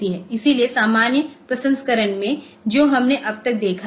इसलिए सामान्य प्रसंस्करण में जो हमने अब तक देखा है